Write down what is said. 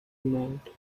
mad